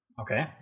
okay